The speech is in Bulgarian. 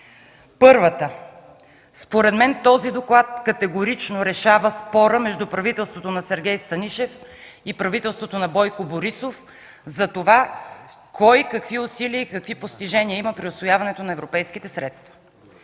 Първо, според мен този доклад категорично решава спора между правителството на Сергей Станишев и правителството на Бойко Борисов за това кой какви усилия и какви постижения има при усвояването на европейските средства.